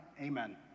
amen